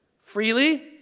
Freely